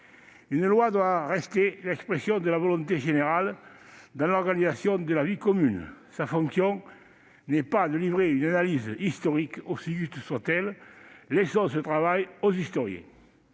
Une loi doit rester l'expression de la volonté générale dans l'organisation de la vie commune. Sa fonction n'est pas de livrer une analyse historique, aussi juste soit-elle. Laissons ce travail aux historiens